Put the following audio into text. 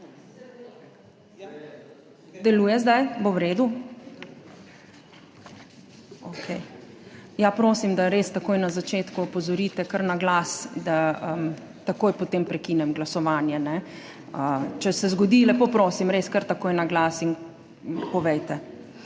Deluje zdaj? Bo v redu? Okej. Prosim, da res takoj na začetku opozorite kar na glas, da takoj potem prekinem glasovanje. Če se zgodi, lepo prosim, res kar takoj na glas povejte.